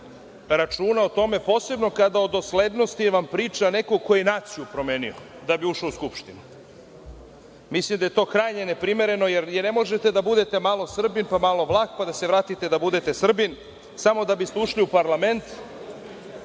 računa o tome, posebno kada vam o doslednosti priča neko ko je naciju promenio da bi ušao u Skupštinu. Mislim da je to krajnje neprimereno, jer ne možete da budete malo Srbin, pa malo Vlah, pa da se vratite da budete Srbin, samo da biste ušli u parlament,